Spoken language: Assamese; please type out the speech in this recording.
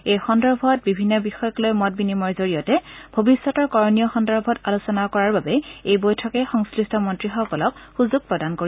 এই সন্দৰ্ভত বিভিন্ন বিষয়ক লৈ মত বিনিময়ৰ জৰিয়তে ভৱিষ্যতৰ কৰণীয় সন্দৰ্ভত আলোচনা কৰাৰ বাবে এই বৈঠকে সংশ্নিষ্ট মন্ত্ৰীসকলক সুযোগ প্ৰদান কৰিব